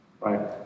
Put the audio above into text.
right